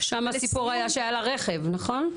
שם הסיפור היה שהיה לה רכב נכון?